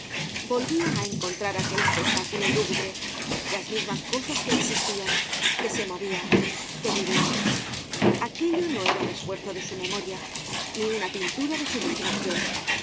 volvia á encontrar aquel espectáculo lúgubre las mismas cosas que existian que se movian que vivian aquello no era un esfuerzo de su memoria ni una pintura de su imaginacion